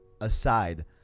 aside